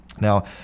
Now